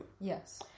Yes